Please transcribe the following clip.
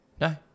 No